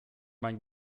mein